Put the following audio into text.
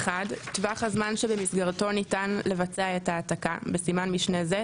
טווח הזמן שבמסגרתו ניתן לבצע את ההעתקה (בסימן משנה זה,